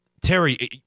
Terry